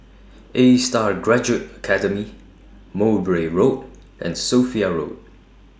A STAR Graduate Academy Mowbray Road and Sophia Road